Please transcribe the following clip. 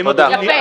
כן, יפה.